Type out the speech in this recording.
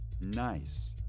nice